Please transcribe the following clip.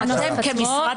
אתם כמשרד